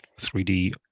3d